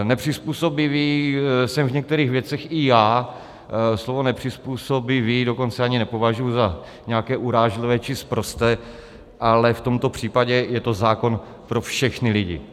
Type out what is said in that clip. Nepřizpůsobivý jsem v některých věcech i já, slovo nepřizpůsobivý dokonce ani nepovažuji za nějaké urážlivé či sprosté, ale v tomto případě je to zákon pro všechny lidi.